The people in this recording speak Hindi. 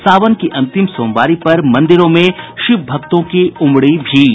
सावन की अंतिम सोमवारी पर मंदिरों में शिव भक्तों की उमड़ी भीड़